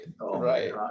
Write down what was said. Right